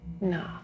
No